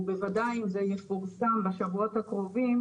ובוודאי אם זה יפורסם בשבועות הקרובים,